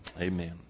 amen